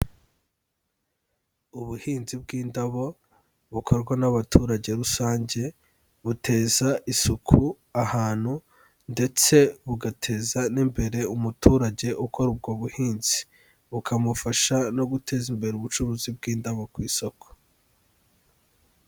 Ubuhinzi bw'indabo bukorwa n'abaturage rusange buteza isuku ahantu ndetse bugateza n'imbere umuturage ukora ubwo buhinzi, bukamufasha no guteza imbere ubucuruzi bw'indabo ku isoko.